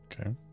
Okay